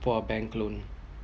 for a bank loan